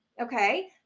Okay